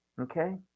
okay